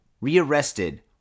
Re-arrested